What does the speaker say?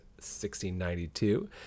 1692